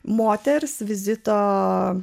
moters vizito